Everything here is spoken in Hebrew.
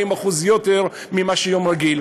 40% יותר מביום רגיל,